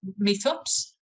meetups